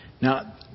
Now